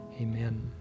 Amen